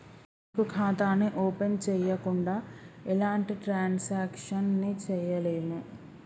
bank ఖాతాని open చెయ్యకుండా ఎలాంటి ట్రాన్సాక్షన్స్ ని చెయ్యలేము